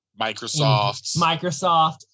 Microsoft